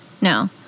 no